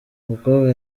umukobwa